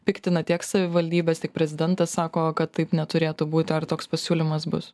piktina tiek savivaldybes tik prezidentas sako kad taip neturėtų būti ar toks pasiūlymas bus